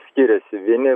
skiriasi vieni